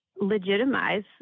legitimize